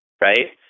Right